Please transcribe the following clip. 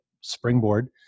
springboard